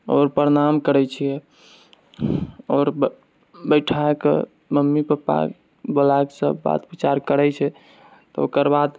आओर प्रणाम करैत छिये आओर बैठाएके मम्मी पप्पाके बुलाएके सब बात विचार करैत छी तऽ ओकरबाद